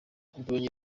mbonye